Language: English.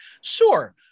sure